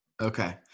Okay